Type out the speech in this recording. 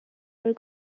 were